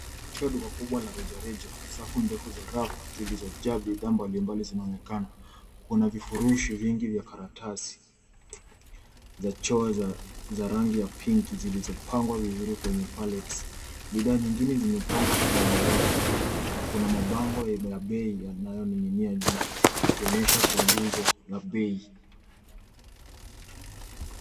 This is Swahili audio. Katika duka kubwa la rejareja safu ndefu za rafu zilizojaa bidhaa mbalimbali zinaonekana. Kuna vifurushi vingi vya karatasi za chweo za rangi ya pinki zilizopangwa vizuri kwenye pallets . Bidhaa nyingine zimepangwa kwenye rafu na kuna mabango ya bei yanayoning'inia juu ikionyesha punguzo na bei.